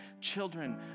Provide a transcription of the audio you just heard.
children